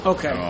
Okay